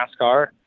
NASCAR